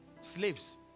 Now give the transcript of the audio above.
Slaves